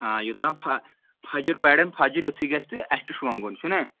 آ یوٚتام فَ فَجر پَرن فجر یُتھُے گژھِ تہٕ اَسہِ چھُ شۄنٛگُن چھُنہ